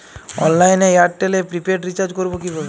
অনলাইনে এয়ারটেলে prepaid recharge করবো কিভাবে?